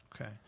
Okay